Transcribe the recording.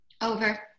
Over